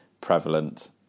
prevalent